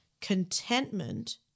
contentment